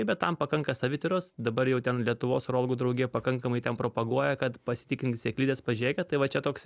bet tam pakanka savityros dabar jau ten lietuvos urologų draugija pakankamai ten propaguoja kad pasitikrinkit sėklides pažiūrėkit tai va čia toks